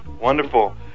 Wonderful